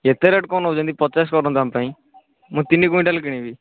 ଏତେ ରେଟ୍ କ'ଣ ନେଉଛନ୍ତି ପଚାଶ କରନ୍ତୁ ଆମ ପାଇଁ ମୁଁ ତିନି କୁଇଣ୍ଟାଲ କିଣିବି